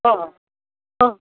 ᱚ ᱚ